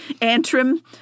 Antrim